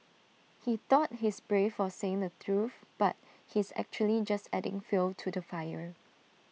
he thought he's brave for saying the truth but he's actually just adding fuel to the fire